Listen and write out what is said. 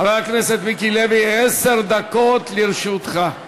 חבר הכנסת מיקי לוי, עשר דקות לרשותך.